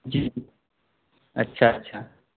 جی اچھا اچھا